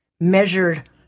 measured